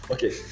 Okay